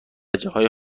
جاهای